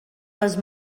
les